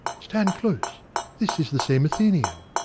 stand close this is the same athenian.